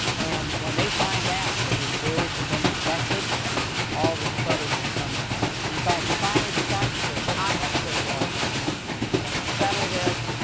and when they find out that his bills have been rejected all his creditors come in. in fact, he finally decides, he says, i have to go to washington and settle this,